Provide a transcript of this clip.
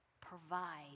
Provide